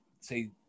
say